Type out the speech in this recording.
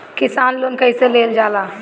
किसान लोन कईसे लेल जाला?